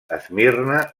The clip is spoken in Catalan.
esmirna